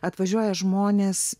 atvažiuoja žmonės